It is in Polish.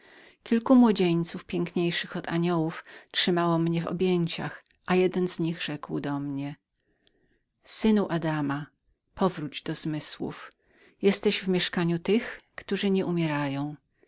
kilku młodzieńców piękniejszych od aniołów z których jeden rzekł do mnie synu adama powróć do zmysłów jesteś tu w mieszkaniu tych którzy nie umierają